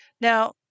Now